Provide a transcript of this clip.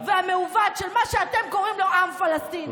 והמעוות של מה שאתם קוראים לו עם פלסטיני.